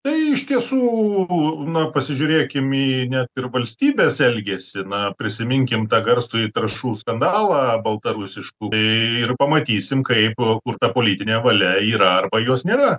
tai iš tiesų nu pasižiurėkim į net ir valstybės elgesį na prisiminkim tą garsųjį trąšų skandalą baltarusiškų tai ir pamatysim kaipo kur ta politinė valia yra arba jos nėra